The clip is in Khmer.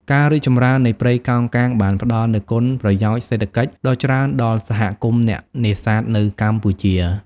ការរីកចម្រើននៃព្រៃកោងកាងបានផ្តល់នូវគុណប្រយោជន៍សេដ្ឋកិច្ចដ៏ច្រើនដល់សហគមន៍អ្នកនេសាទនៅកម្ពុជា។